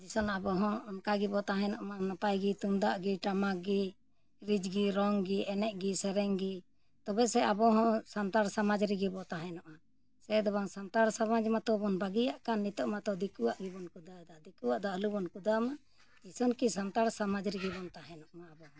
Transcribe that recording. Jason ᱟᱵᱚ ᱦᱚᱸ ᱚᱱᱠᱟ ᱜᱮᱵᱚ ᱛᱟᱦᱮᱱᱚᱜ ᱢᱟ ᱱᱟᱯᱟᱭ ᱜᱮ ᱛᱩᱢᱫᱟᱜ ᱜᱮ ᱴᱟᱢᱟᱠ ᱜᱮ ᱨᱤᱡ ᱜᱮ ᱨᱚᱝ ᱜᱮ ᱮᱱᱮᱡ ᱜᱮ ᱥᱮᱨᱮᱧ ᱜᱮ ᱛᱚᱵᱮ ᱥᱮ ᱟᱵᱚ ᱦᱚᱸ ᱥᱟᱱᱛᱟᱲ ᱥᱚᱢᱟᱡᱽ ᱨᱮᱜᱮ ᱵᱚᱱ ᱛᱟᱦᱮᱱᱚᱜᱼᱟ ᱥᱮ ᱫᱚ ᱵᱟᱝ ᱥᱟᱱᱛᱟᱲ ᱥᱚᱢᱟᱡᱽ ᱢᱟᱛᱚ ᱵᱚᱱ ᱵᱟᱹᱜᱤᱭᱟᱜ ᱠᱟᱱ ᱱᱤᱛᱳᱜ ᱢᱟᱛᱚ ᱫᱤᱠᱩᱣᱟᱜ ᱜᱮᱵᱚᱱ ᱠᱩᱫᱟᱹᱣ ᱮᱫᱟ ᱫᱤᱠᱩᱣᱟᱜ ᱫᱚ ᱟᱞᱚ ᱵᱚᱱ ᱠᱩᱫᱟᱹᱣ ᱢᱟ ᱡᱮᱥᱚᱱ ᱠᱤ ᱥᱟᱱᱛᱟᱲ ᱥᱚᱢᱟᱡᱽ ᱨᱮᱜᱮ ᱵᱚᱱ ᱛᱟᱦᱮᱱᱚᱜ ᱢᱟ ᱟᱵᱚ ᱦᱚᱸ